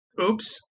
oops